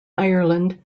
ireland